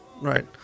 right